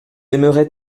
aimerez